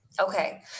Okay